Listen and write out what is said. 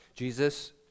Jesus